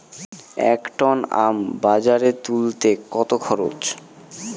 এক টন আম বাজারে তুলতে কত খরচ?